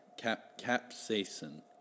Capsaicin